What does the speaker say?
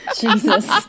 Jesus